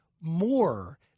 more